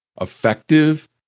effective